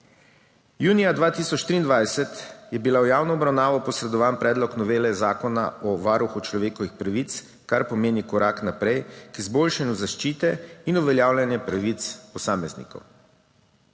Junija 2023 je bil v javno obravnavo posredovan Predlog novele Zakona o varuhu človekovih pravic, kar pomeni korak naprej k izboljšanju zaščite in uveljavljanja pravic posameznikov.